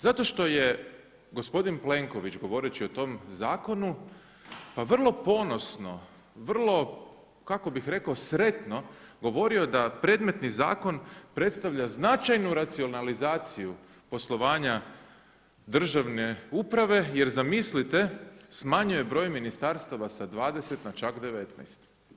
Zato što je gospodin Plenković govoreći o tom zakonu pa vrlo ponosno, vrlo kao bih rekao sretno govorio da predmetni zakon predstavlja značajnu racionalizaciju poslovanja državne uprave jer zamisliste smanjuje broj ministarstava sa 20 na čak 19.